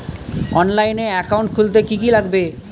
অনলাইনে একাউন্ট খুলতে কি কি লাগবে?